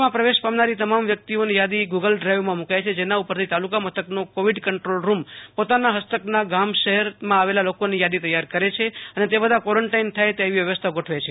કચ્છ માં પ્રવેશ પામનારી તમામ વ્યક્તિઓની યાદી ગૂગલ ડ્રાઈવ માં મુકાય છે જેના ઉપર થી તાલુકા મથક નો કોવિડ કંટ્રોલરૂમ પોતાના ફસ્તક ના ગામ શહેર માં આવેલા લોકો ની યાદી તૈયાર કરે છે અને તે બધા કવોરેન્ટાઈન થાય તેવી વ્યવસ્થા ગોઠવે છે